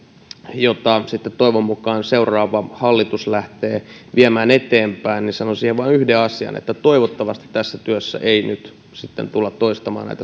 jota sitten toivon mukaan seuraava hallitus lähtee viemään eteenpäin sanon siihen vain yhden asian toivottavasti tässä työssä ei nyt sitten tulla toistamaan